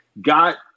got